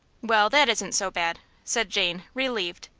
well, that isn't so bad! said jane, relieved.